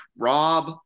Rob